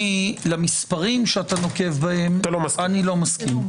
למספרים שדאתה נוקב בהם - איני מסכים.